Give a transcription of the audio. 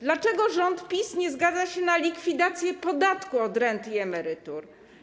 Dlaczego rząd PiS nie zgadza się na likwidację podatku od rent i emerytur?